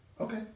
Okay